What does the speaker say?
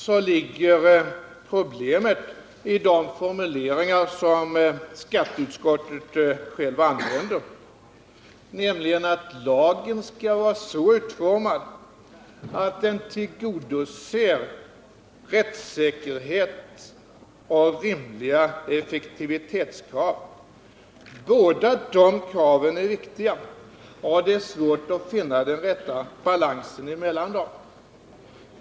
För min del är problemet det som skatteutskottet självt formulerar, nämligen att lagen skall vara så utformad att den tillgodoser rättssäkerhetsoch rimliga effektivitetskrav. Båda dessa krav är viktiga, och det är svårt att finna den rätta balansen mellan dem.